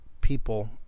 people